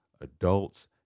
adults